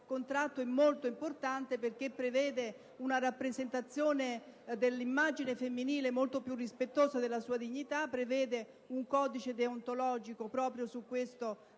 contratto è molto importante in quanto prevede una rappresentazione dell'immagine femminile molto più rispettosa della sua dignità e un codice deontologico proprio su questo